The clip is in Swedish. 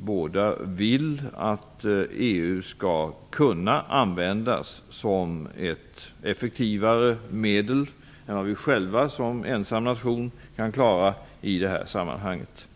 båda vill att EU skall kunna användas som ett effektivare medel än vad vi själva som ensam nation kan klara i sammanhanget.